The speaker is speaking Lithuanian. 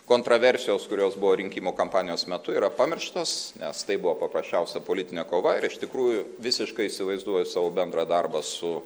kontraversijos kurios buvo rinkimų kampanijos metu yra pamirštos nes tai buvo paprasčiausia politinė kova ir iš tikrųjų visiškai įsivaizduoju savo bendrą darbą su